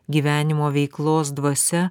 gyvenimo veiklos dvasia